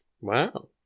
Wow